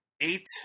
eight